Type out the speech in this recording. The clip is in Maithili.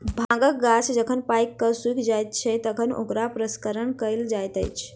भांगक गाछ जखन पाइक क सुइख जाइत छै, तखन ओकरा प्रसंस्करण कयल जाइत अछि